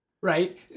right